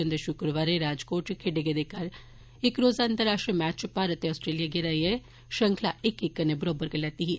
जंदे शुक्रवारें राजकोट च खेडे गेदे दुऐ इक्क रोज़ा अंतर्राष्ट्रीय मैच च भारत ते आस्ट्रेलिया गी हराइयै श्रंखला इक्क इक्क कन्नै बरौबर करी लैती दी ऐ